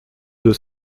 deux